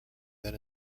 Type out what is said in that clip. than